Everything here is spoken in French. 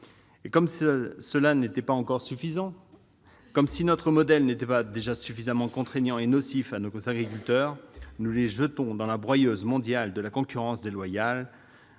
? Comme si cela n'était encore pas suffisant, comme si notre propre modèle n'était pas déjà suffisamment contraignant et nocif pour nos agriculteurs, nous les jetons dans la broyeuse mondiale de la concurrence déloyale.